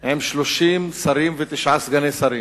עם 30 שרים ותשעה סגני שרים,